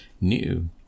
new